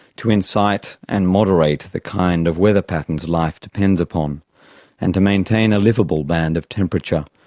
to incite and moderate the kind of weather patterns life depends upon and to maintain a liveable band of temperature.